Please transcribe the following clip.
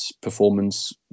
performance